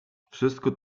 wszystko